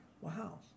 Wow